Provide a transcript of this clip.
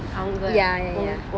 ya ya ya